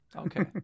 Okay